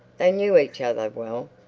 they knew each other well.